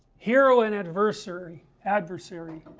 hero and adversary adversary